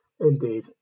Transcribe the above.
Indeed